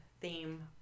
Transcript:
theme